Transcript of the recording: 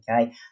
Okay